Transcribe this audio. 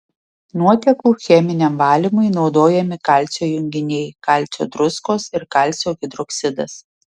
nuotekų cheminiam valymui naudojami kalcio junginiai kalcio druskos ir kalcio hidroksidas